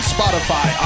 Spotify